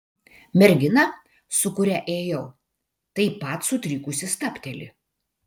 mergina su kuria ėjau taip pat sutrikusi stabteli